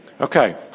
Okay